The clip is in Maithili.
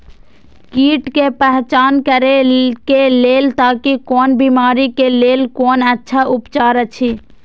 कीट के पहचान करे के लेल ताकि कोन बिमारी के लेल कोन अच्छा उपचार अछि?